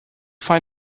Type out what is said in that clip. find